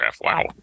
Wow